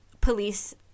police